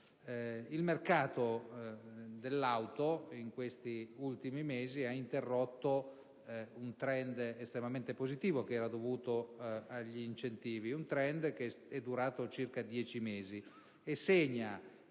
Il mercato dell'auto in questi ultimi mesi ha interrotto un *trend* estremamente positivo, dovuto agli incentivi, durato circa 10 mesi, e segna